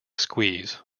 squeeze